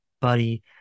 Buddy